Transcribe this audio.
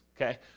Okay